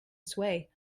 sway